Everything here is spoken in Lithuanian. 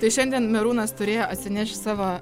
tai šiandien merūnas turėjo atsinešt savo